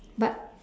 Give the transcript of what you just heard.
but